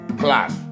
class